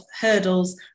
hurdles